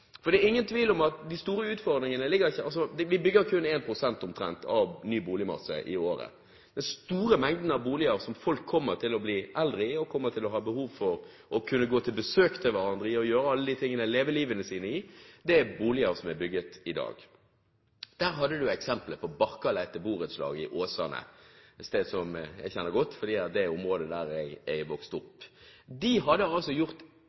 for. Den andre tingen jeg vil ta opp, er erfaringen fra en konferanse jeg var på i går, i regi av Husbanken, Enova i Stavanger og boligbyggelagene, boligsamvirket. Vi bygger omtrent 1 pst. av ny boligmasse i året. Den store mengden av boliger som folk kommer til å bli eldre i, og kommer til å ha behov for å kunne gå på besøk til hverandre i, leve livet sitt i, er boliger som er bygget i dag. Det har du et eksempel på i Barkaleitet borettslag i Åsane, et sted som jeg kjenner godt, for det er det området der jeg har vokst opp. De hadde gjort